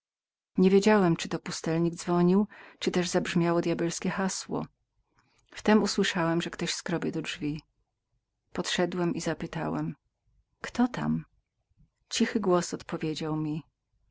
nie wiedziałem czy to pustelnik dzwonił czyli też zabrzmiało djabelskie hasło wtedy usłyszałem że ktoś skrobał do drzwi poszedłem i zapytałem kto tam cichy głos odpowiedział mi